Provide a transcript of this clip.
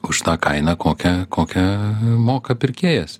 už tą kainą kokią kokią moka pirkėjas